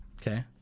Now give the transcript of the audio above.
Okay